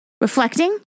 reflecting